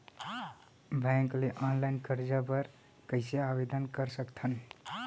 Bank ले online करजा बर कइसे आवेदन कर सकथन?